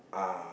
uh